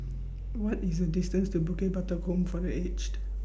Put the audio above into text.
What IS The distance to Bukit Batok Home For The Aged